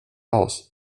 aus